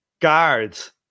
guards